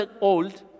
old